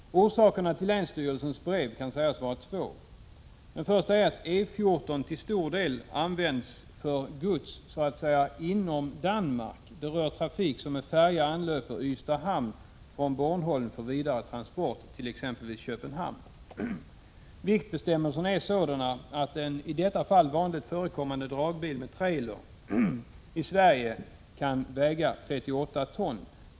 Orsakerna till länsstyrelsens brev kan sägas vara två. Den första är att E 14 till stor del används för gods så att säga inom Danmark, trafik som med färja anlöper Ystads hamn från Bornholm för vidaretransport till exempelvis Köpenhamn. Viktbestämmelserna är sådana att en i detta fall vanligt förekommande dragbil med trailer i Sverige kan väga 38 ton.